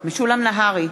משולם נהרי,